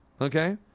okay